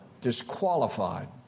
Disqualified